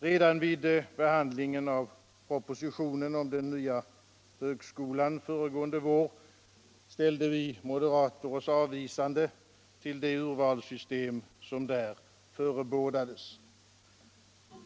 Redan vid behandlingen av propositionen om den nya högskolan föregående vår ställde vi moderater oss avvisande till det urvalssystem som där förebådades.